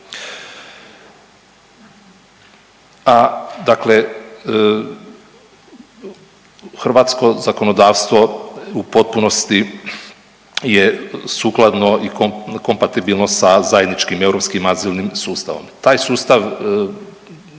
a dakle hrvatsko zakonodavstvo u potpunosti je sukladno i kompatibilno sa zajedničkim europskim azilnim sustavom. Taj sustav